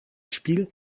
spiel